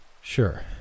Sure